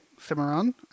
Cimarron